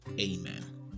Amen